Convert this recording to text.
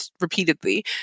repeatedly